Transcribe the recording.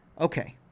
Okay